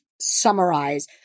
summarize